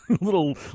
little